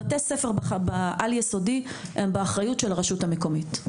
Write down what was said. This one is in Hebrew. בתי הספר בחינוך העל יסודי הם באחריות הרשות המקומית,